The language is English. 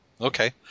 Okay